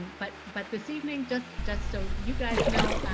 but but this evening, just just so you guys know,